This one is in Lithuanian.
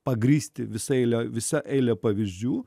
pagrįsti visa eile visa eilė pavyzdžių